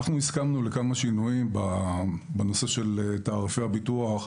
אנו הסכמנו לכמה שינויים בנושא תעריפי הביטוח.